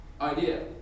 idea